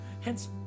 Hence